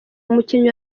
umukinnyi